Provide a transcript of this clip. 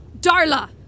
Darla